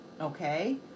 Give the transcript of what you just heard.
okay